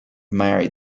married